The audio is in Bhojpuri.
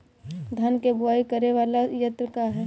धान के बुवाई करे वाला यत्र का ह?